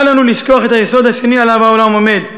אל לנו לשכוח את היסוד השני שעליו העולם עומד,